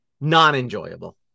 Non-enjoyable